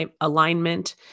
alignment